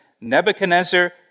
Nebuchadnezzar